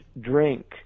drink